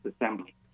Assembly